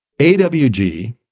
AWG